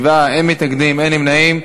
בעד, 37, אין מתנגדים, אין נמנעים.